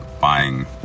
buying